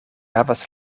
havas